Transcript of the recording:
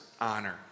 honor